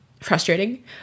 frustrating